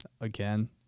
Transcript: again